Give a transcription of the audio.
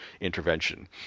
intervention